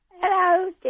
Hello